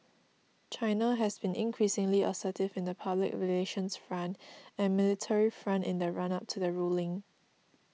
China has been increasingly assertive in the public relations front and military front in the run up to the ruling